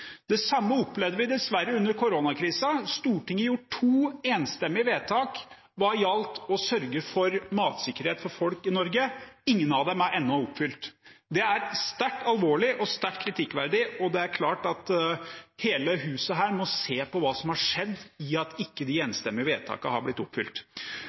Det samme opplevde vi dessverre under koronakrisen – Stortinget gjorde to enstemmige vedtak hva gjaldt å sørge for matsikkerhet for folk i Norge. Ingen av dem er ennå oppfylt. Det er sterkt alvorlig og sterkt kritikkverdig, og det er klart at hele huset her må se på hva som har skjedd ved at de enstemmige vedtakene ikke har blitt